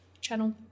channel